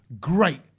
Great